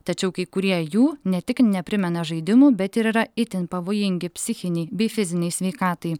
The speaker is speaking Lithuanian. tačiau kai kurie jų ne tik neprimena žaidimų bet ir yra itin pavojingi psichinei bei fizinei sveikatai